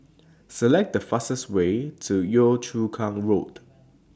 Select The fastest Way to Yio Chu Kang Road